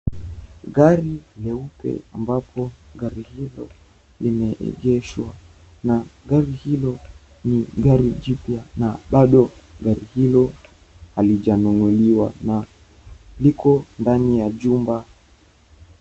Gari nyeupe ambapo gari hilo limeegeshwa na gari hilo ni gari jipya na bado gari hilo halijanunuliwa na liko ndani ya jumba.